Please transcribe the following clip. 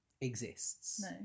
exists